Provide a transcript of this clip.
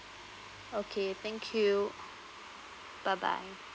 okay thank you bye bye